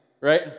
right